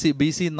bc